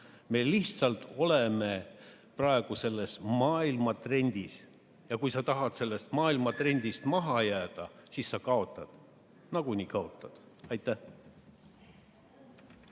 Me lihtsalt oleme praegu selles maailmatrendis ja kui sa tahad sellest maailmatrendist maha jääda, siis sa kaotad, nagunii kaotad. Aitäh!